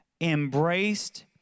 embraced